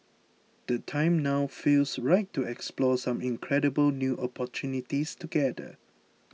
the time now feels right to explore some incredible new opportunities together